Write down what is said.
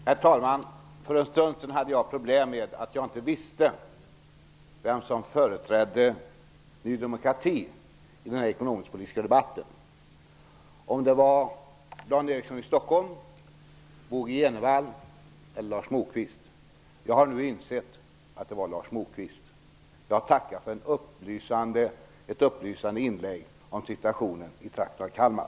Herr talman! För en stund sedan hade jag problem med att jag inte visste vem som företrädde Ny demokrati i den ekonomisk-politiska debatten. Var det Dan Eriksson i Stockholm, Bo G Jenevall eller Lars Moquist? Jag har nu insett att det är Lars Moquist. Jag tackar för ett upplysande inlägg om situationen i trakten av Kalmar.